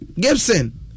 Gibson